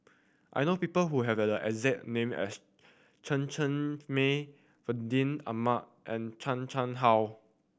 I know people who have the exact name as Chen Cheng Mei Fandi Ahmad and Chan Chang How